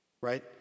right